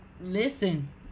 listen